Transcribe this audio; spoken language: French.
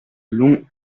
long